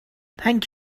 thank